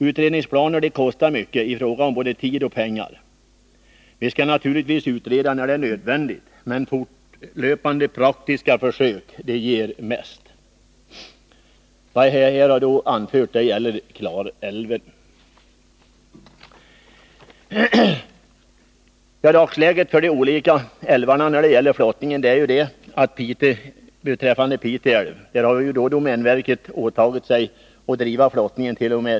Utredningsplaner kostar mycket i fråga om både tid och pengar. Vi skall naturligtvis utreda när det är nödvändigt, men fortlöpande praktiska försök ger mest. Vad jag här har anfört gäller Klarälven. Beträffande dagsläget för de övriga älvarna när det gäller flottningen kan vi först konstatera att domänverket har åtagit sig att driva flottningen i Pite älvt.o.m.